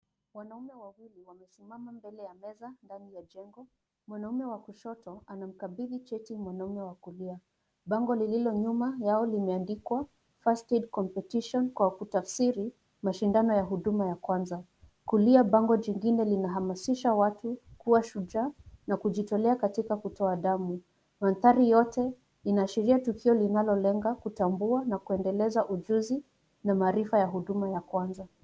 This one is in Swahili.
Wanaume wawili wamesimama mbele ya meza ndani ya jengo. Mwanaume wa kushoto anamkabidhi cheti mwanaume wa kulia. Bango lililo nyuma yao limeandikwa first aid competition kwa kutafsiri mashindano ya huduma ya kwanza. Kulia bango jingine linahamasisha watu kuwa shujaa na kujitolea katika kutoa damu. Mandhari yote inaashiria tukio linalolenga kutambua na kuendeleza ujuzi na maarifa ya huduma ya kwanza.